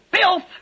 filth